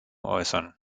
äußern